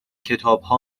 کتابها